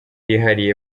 yihariye